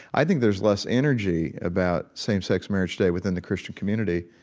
i think there's less energy about same-sex marriage today within the christian community,